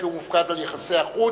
כי הוא מופקד על יחסי החוץ,